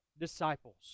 disciples